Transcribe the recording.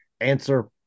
answer